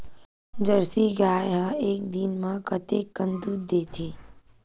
Jersey गाय ह एक दिन म कतेकन दूध देथे?